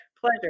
pleasure